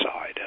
side